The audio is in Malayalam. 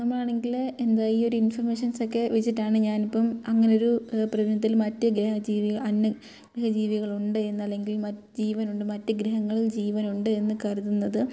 നമ്മൾ ആണെങ്കിൽ എന്താണ് ഈ ഒരു ഇൻഫൊർമേഷൻസ് ഒക്കെ വെച്ചിട്ടാണ് ഞാൻ ഇപ്പം അങ്ങനെ ഒരു പ്രതിനത്തിൽ മറ്റു ഗ്രഹ ജീവികൾ അന്യഗ്രഹ ജീവികൾ ഉണ്ട് എന്ന് അല്ലെങ്കിൽ മറ്റു ജീവനുണ്ട് മറ്റു ഗ്രഹങ്ങളിൽ ജീവനുണ്ട് എന്ന് കരുതുന്നത്